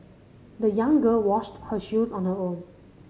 the young girl washed her shoes on her own